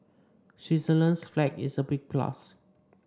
Switzerland's flag is a big plus